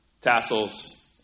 tassels